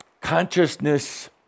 Consciousness